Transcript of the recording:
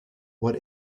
what